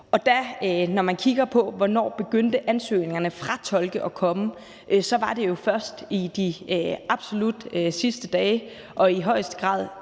Og når man kigger på, hvornår ansøgningerne fra tolke begyndte at komme, var det jo først i de absolut sidste dage og i højeste grad,